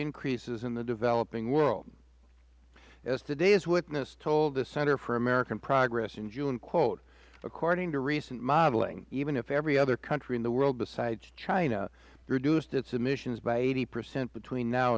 increases in the developing world as today's witness told the center for american progress in june quote according to recent modeling even if every other country in the world besides china reduced its emissions by eighty percent between now